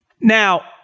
Now